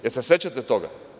Da li se sećate toga?